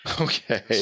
Okay